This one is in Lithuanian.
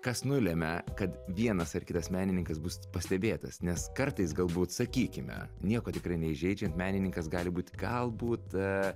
kas nulemia kad vienas ar kitas menininkas bus pastebėtas nes kartais galbūt sakykime nieko tikrai neįžeidžiant menininkas gali būt gal būt